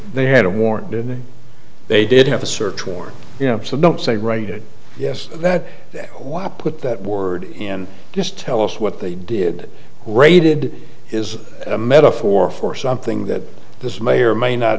they had a warrant and they did have a search warrant you know so don't say write it yes that why put that word and just tell us what they did raided is a metaphor for something that this may or may not